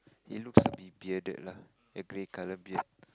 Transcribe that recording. he looks to be bearded lah a grey colour beard